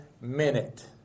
minute